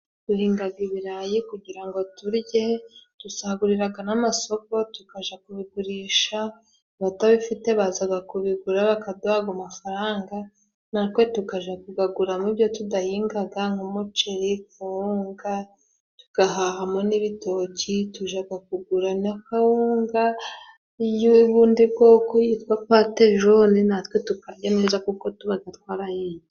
Duhingaga ibirayi kugira ngo turye, dusaguriraga n'amasoko ,tukajya kubigurisha. Abatabifite bazaga kubigura bakaduha ago mafaranga, natwe tukaja kugaguramo ibyo tudahingaga nk'umuceri, kawunga, tugahahamo n'ibitoki. Tujaga kugura na kawunga y'ubundi bwoko yitwa patejone, natwe tukarya neza kuko tubaga twarahinze.